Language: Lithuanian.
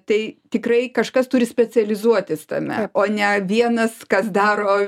tai tikrai kažkas turi specializuotis tame o ne vienas kas daro